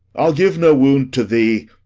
i'll give no wound to thee.